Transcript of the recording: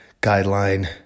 guideline